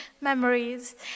memories